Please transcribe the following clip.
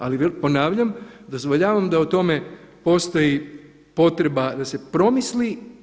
Ali ponavljam, dozvoljavam da o tome postoji potreba da se promisli.